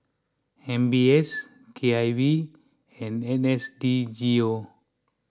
M B S K I V and N S D G O